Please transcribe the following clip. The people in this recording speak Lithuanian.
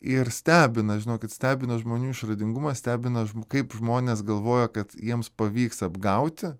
ir stebina žinokit stebina žmonių išradingumas stebina kaip žmonės galvoja kad jiems pavyks apgauti